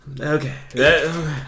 Okay